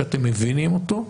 שאתם מבינים אותו,